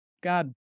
God